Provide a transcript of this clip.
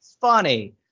funny